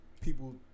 people